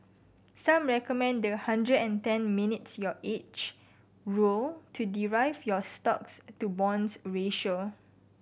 some recommend the hundred and ten minus your age rule to derive your stocks to bonds ratio